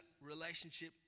relationship